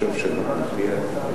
בסוף דבריך.